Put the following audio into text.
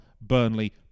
Burnley